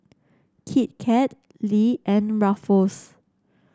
Kit Kat Lee and Ruffles